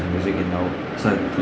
and music in our society